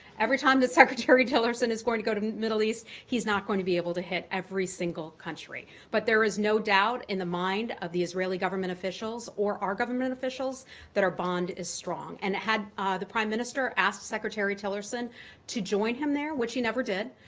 every time that secretary tillerson is going to go to the middle east, he's not going to be able to hit every single country. but there is no doubt in the mind of the israeli government officials or our government officials that our bond is strong. and had the prime minister asked secretary tillerson to join him there, which he never did,